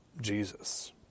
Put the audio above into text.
Jesus